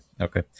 okay